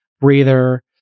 breather